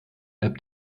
app